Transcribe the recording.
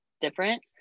different